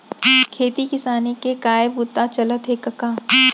खेती किसानी के काय बूता चलत हे कका?